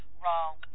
wrong